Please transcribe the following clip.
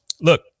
look